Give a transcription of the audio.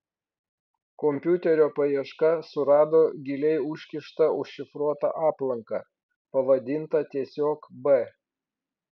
kompiuterio paieška surado giliai užkištą užšifruotą aplanką pavadintą tiesiog b